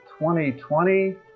2020